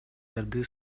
берди